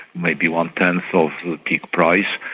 maybe one tenth of the peak price.